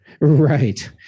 right